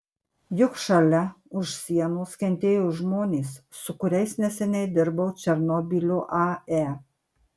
juk šalia už sienos kentėjo žmonės su kuriais neseniai dirbau černobylio ae